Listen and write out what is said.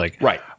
Right